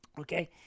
okay